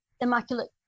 Immaculate